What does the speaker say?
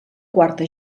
quarta